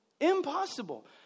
Impossible